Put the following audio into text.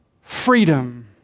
freedom